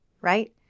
right